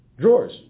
Drawers